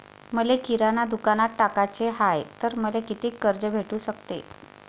मले किराणा दुकानात टाकाचे हाय तर मले कितीक कर्ज भेटू सकते?